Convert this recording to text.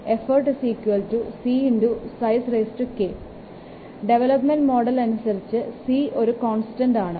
effort c size k developmental model അനുസരിച്ച് 'c'ഒരു constant ആണ്